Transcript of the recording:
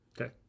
okay